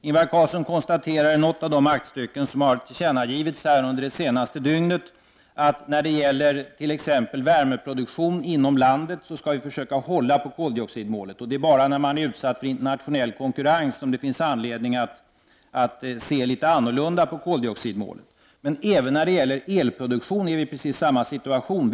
Ingvar Carlsson konstaterar i något av de aktstycken som under det senaste dygnet har tillkännagivits att vi t.ex. beträffande värmeproduktionen här i landet skall försöka hålla koldioxidmålet. Det är bara när man är utsatt för internationell konkurrens som det finns anledning att se litet annorlunda på koldioxidmålet. Även när det gäller elproduktion är vi ju i precis samma situation.